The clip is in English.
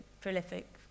prolific